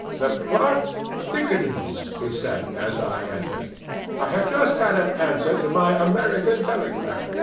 the plot thickens, he said, as i entered i have just had an answer to my american telegram.